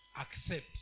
accept